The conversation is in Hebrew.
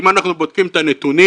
אם אנחנו בודקים את הנתונים,